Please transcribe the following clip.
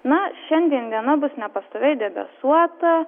na šiandien diena bus nepastoviai debesuota